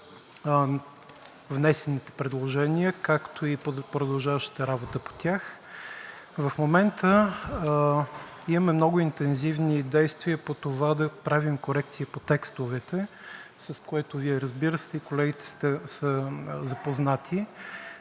внесените предложения, както и продължаващата работа по тях. В момента имаме много интензивни действия по това да правим корекции по текстовете, с което Вие, разбира се, и колегите са запознати,